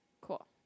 Cool